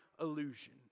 illusion